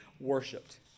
worshipped